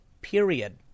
period